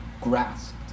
grasped